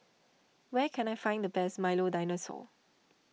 where can I find the best Milo Dinosaur